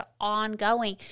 ongoing